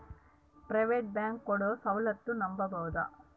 Private bank ಕೊಡೊ ಸೌಲತ್ತು ನಂಬಬೋದ?